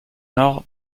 nord